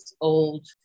old